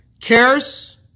cares